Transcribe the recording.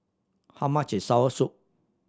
how much is soursop